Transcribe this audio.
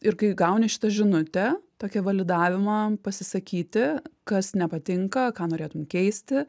ir kai gauni šitą žinutę tokia validavimą pasisakyti kas nepatinka ką norėtum keisti